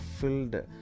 filled